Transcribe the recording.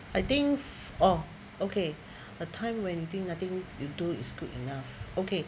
I think oh okay a time when you think nothing you do is good enough okay